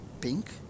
pink